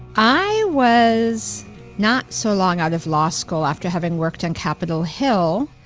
i was not so long out of law school, after having worked on capitol hill,